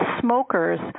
smokers